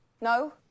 no